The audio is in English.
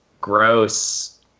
gross –